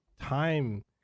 time